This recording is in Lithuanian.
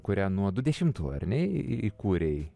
kurią nuo du dešimtų ar ne įkūrei